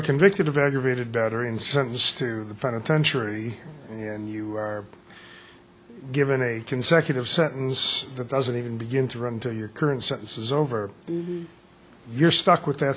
convicted of aggravated battery and sentenced to the penitentiary and you are given a consecutive sentence that doesn't even begin to run into your current sentences over you're stuck with that